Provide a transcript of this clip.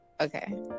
Okay